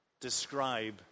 describe